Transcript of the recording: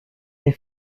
les